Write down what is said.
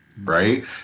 right